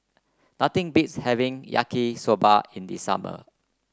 nothing beats having Yaki Soba in the summer